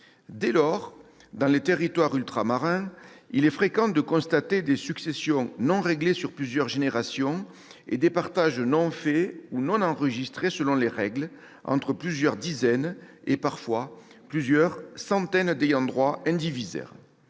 Dès lors, dans les territoires ultramarins, il est fréquent de constater des successions non réglées sur plusieurs générations et des partages non faits ou non enregistrés selon les règles, entre plusieurs dizaines et parfois plusieurs centaines d'ayants droit indivisaires